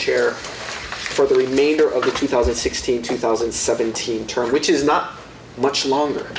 chair for the remainder of the two thousand and sixteen two thousand and seventeen term which is not much longer